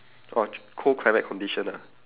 orh cold climate condition ah